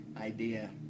idea